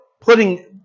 putting